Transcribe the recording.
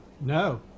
No